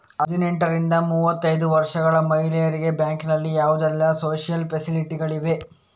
ಹದಿನೆಂಟರಿಂದ ಮೂವತ್ತೈದು ವರ್ಷ ಮಹಿಳೆಯರಿಗೆ ಬ್ಯಾಂಕಿನಲ್ಲಿ ಯಾವುದೆಲ್ಲ ಸೋಶಿಯಲ್ ಫೆಸಿಲಿಟಿ ಗಳಿವೆ?